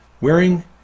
wearing